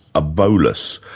a bolus.